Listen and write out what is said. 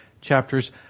chapters